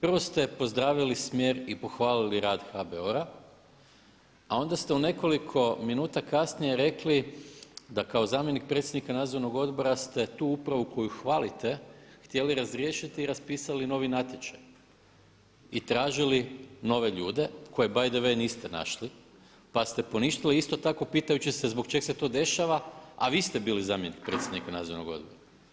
Prvo ste pozdravili smjer i pohvalili rad HBOR-a, a onda ste u nekoliko minuta kasnije rekli da kao zamjenik predsjednika nadzornog odbora ste tu upravu koju hvalite htjeli razriješiti i raspisali novi natječaj i tražili nove ljude koje by the way niste našli pa ste poništili isto tako pitajući se zbog čega se to dešava a vi ste bili zamjenik predsjednika nadzornog odbora.